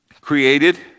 created